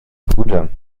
brüder